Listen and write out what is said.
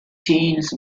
teens